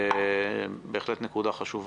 זו בהחלט נקודה חשובה.